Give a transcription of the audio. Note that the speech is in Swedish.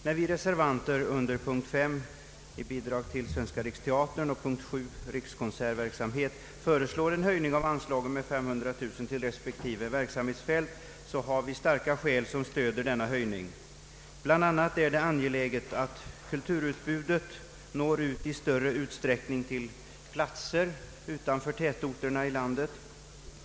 När vi reservanter under punkten 5 Bidrag till Svenska riksteatern och under punkten 7 Rikskonsertverksamhet föreslår en höjning av anslagen med 500 000 kronor till respektive verksamhetsfält har vi starka skäl som motiverar denna höjning. Bland annat är det angeläget att kulturutbudet i större utsträckning når ut till platser utanför tätorterna i landet.